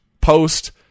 post